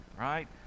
right